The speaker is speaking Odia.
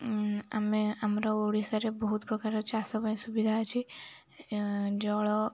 ଆମେ ଆମର ଓଡ଼ିଶାରେ ବହୁତ ପ୍ରକାର ଚାଷ ପାଇଁ ସୁବିଧା ଅଛି ଜଳ